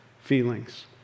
feelings